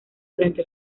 durante